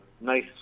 nice